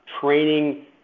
training